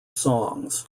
songs